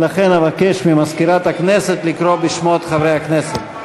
לכן אבקש ממזכירת הכנסת לקרוא בשמות חברי הכנסת.